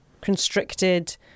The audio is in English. constricted